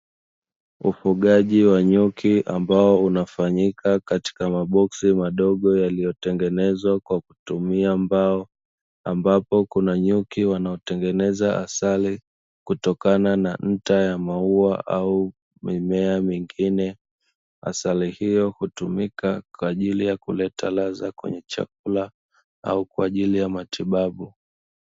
Ufugaji wa nyuki ambao unaofanyika katika maboksi madogo yaliyotengenezwa kwa kutumia mbao, ambapo kuna nyuki wanaotengeneza asali kutokana na nta ya maua au mimea mingine, asali hiyo hutumika kwa ajili ya kuleta radha kwenye chakula au kwa ajili ya matibabu.